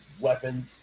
weapons